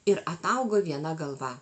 ir ataugo viena galva